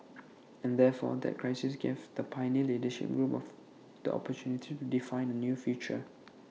and therefore that crisis gave the pioneer leadership group of the opportunity to define A new future